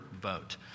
vote